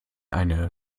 eine